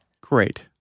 Great